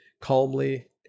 calmly